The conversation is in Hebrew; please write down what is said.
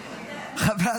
וולדיגר,